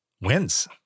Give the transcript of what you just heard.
wins